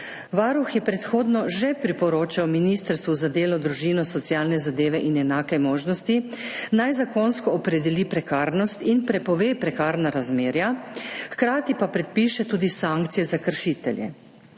Varuh je predhodno že priporočal Ministrstvu za delo, družino, socialne zadeve in enake možnosti, naj zakonsko opredeli prekarnost in prepove prekarna razmerja, hkrati pa predpiše tudi sankcije za kršitelje.